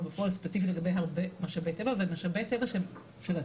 אבל בפועל ספציפית לגבי הרבה משאבי טבע ומשאבי טבע של הציבור.